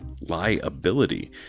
liability